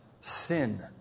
sin